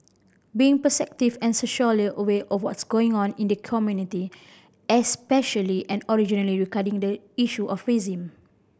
being perceptive and socially aware of what's going on in the community especially and originally regarding the issue of racism